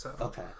okay